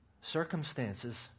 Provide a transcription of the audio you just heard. circumstances